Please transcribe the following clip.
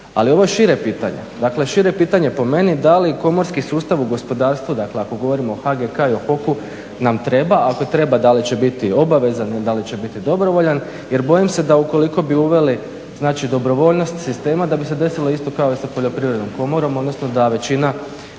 Ali ovo je šire pitanje, dakle šire pitanje po meni da li komorski sustav u gospodarstvu, dakle ako govorimo o HGK i o HOK-u nam treba, ako treba da li će biti obavezan ili da li će biti dobrovoljan jer bojim se da ukoliko bi uveli znači dobrovoljnost sistema da bi se desilo isto kao i sa Poljoprivrednom komorom, odnosno da većina